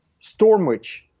Stormwitch